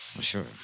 Sure